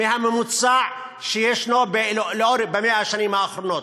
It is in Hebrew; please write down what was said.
מהממוצע ב-100 השנים האחרונות.